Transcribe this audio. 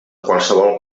qualsevol